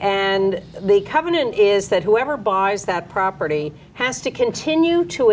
and the covenant is that whoever buys that property has to continue to